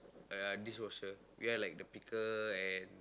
uh dishwasher we are like the picker and